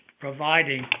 providing